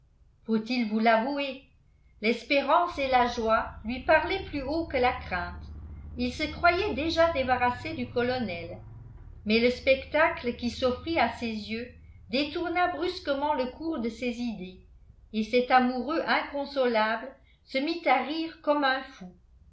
faut-il vous l'avouer l'espérance et la joie lui parlaient plus haut que la crainte il se croyait déjà débarrassé du colonel mais le spectacle qui s'offrit à ses yeux détourna brusquement le cours de ses idées et cet amoureux inconsolable se mit à rire comme un fou